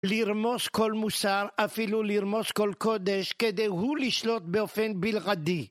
לרמוס כל מוסר, אפילו לרמוס כל קודש, כדי הוא לשלוט באופן בלבדי.